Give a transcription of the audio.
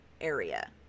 area